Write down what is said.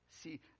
See